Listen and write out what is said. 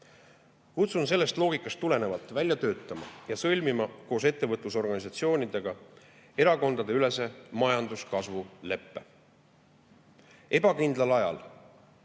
Kutsun sellest loogikast tulenevalt välja töötama ja sõlmima koos ettevõtlusorganisatsioonidega erakondadeülese majanduskasvu leppe. Ebakindlal ajal